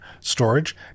storage